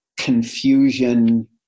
confusion